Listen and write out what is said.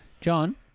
John